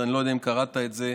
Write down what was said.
אני לא יודע אם קראת את זה,